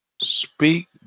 Speak